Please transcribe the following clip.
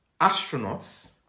Astronauts